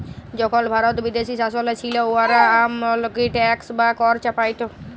যখল ভারত বিদেশী শাসলে ছিল, উয়ারা অমালবিক ট্যাক্স বা কর চাপাইত